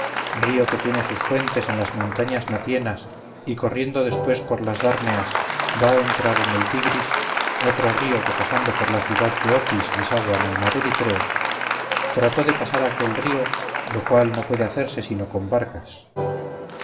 río que tiene sus fuentes en las montañas matienas y corriendo después por las darneas va a entrar en el tigris otro río que pasando por la ciudad de opis desagua en el mar eritreo trató de pasar aquel río lo cual no puede hacerse sino con barcas